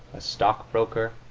a stock-broker,